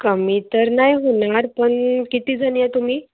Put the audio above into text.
कमी तर नाही होणार पण कितीजणी आहे तुम्ही